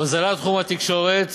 הוזלת תחום התקשורת.